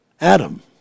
Adam